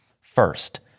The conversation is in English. First